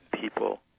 people